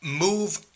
move